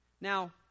Now